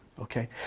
okay